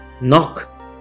Knock